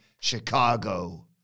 Chicago